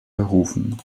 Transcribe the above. berufen